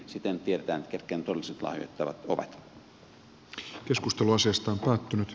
siten tiedetään ketkä ne todelliset lahjoittajat ovat